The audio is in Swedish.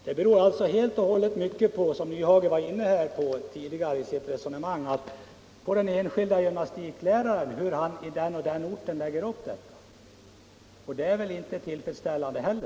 Undervisningen beror alltså, som herr Nyhage var inne på i sitt tidigare resonemang, helt och hållet på hur den enskilde gymnastikläraren lägger upp den. Det är inte heller tillfredsställande.